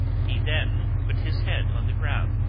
he then put his head on the ground,